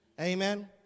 Amen